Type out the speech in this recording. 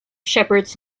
shepherds